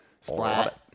Splat